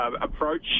approach